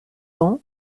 ans